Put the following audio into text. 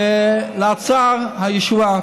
לאוצר, הישועה.